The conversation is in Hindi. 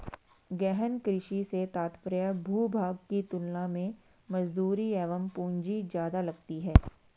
गहन कृषि से तात्पर्य भूभाग की तुलना में मजदूरी एवं पूंजी ज्यादा लगती है